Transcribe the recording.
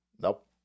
Nope